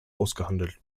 ausgehandelt